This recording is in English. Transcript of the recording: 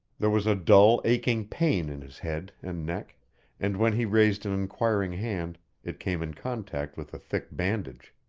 there was a dull, aching pain in his head and neck and when he raised an inquiring hand it came in contact with a thick bandage.